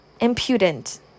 impudent